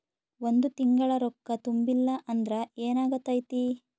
ಒಂದ ತಿಂಗಳ ರೊಕ್ಕ ತುಂಬಿಲ್ಲ ಅಂದ್ರ ಎನಾಗತೈತ್ರಿ?